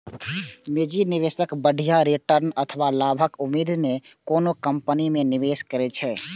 निजी निवेशक बढ़िया रिटर्न अथवा लाभक उम्मीद मे कोनो कंपनी मे निवेश करै छै